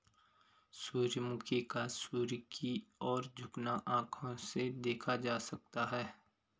सूर्यमुखी का सूर्य की ओर झुकना आंखों से देखा जा सकता है